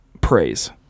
praise